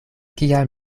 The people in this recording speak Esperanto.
kiam